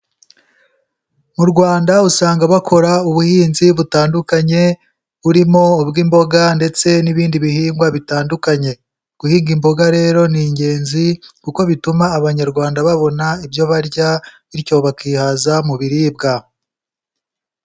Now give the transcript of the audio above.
Mu Rwanda usanga bakora ubuhinzi butandukanye burimo ubw'imboga ndetse n'ibindi bihingwa bitandukanye, guhinga imboga rero ni ingenzi kuko bituma abanyarwanda babona ibyo barya bityo bakihaza mu biribwa.